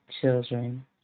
children